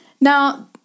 Now